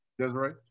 Desiree